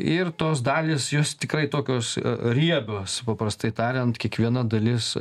ir tos dalys jos tikrai tokios riebios paprastai tariant kiekviena dalis